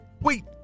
Wait